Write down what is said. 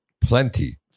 Plenty